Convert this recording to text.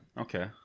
Okay